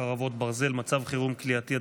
חרבות ברזל) (מצב חירום כליאתי),